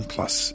Plus